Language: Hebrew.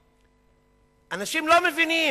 אנשים לא מבינים: